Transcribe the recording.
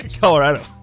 Colorado